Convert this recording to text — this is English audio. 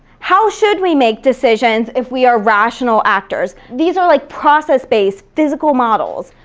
how should we make decisions if we are rational actors? these are like process-based, physical models.